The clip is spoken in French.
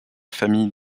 famille